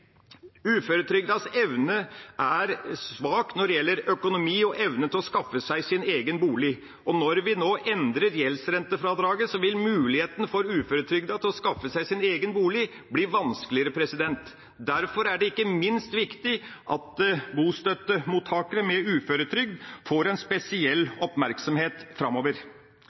evne er svak når det gjelder økonomi og det å skaffe seg sin egen bolig. Når vi nå endrer gjeldsrentefradraget, vil muligheten for de uføretrygdede til å skaffe seg sin egen bolig bli vanskeligere. Ikke minst derfor er det viktig at bostøttemottakere med uføretrygd spesielt får